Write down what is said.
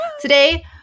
Today